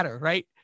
right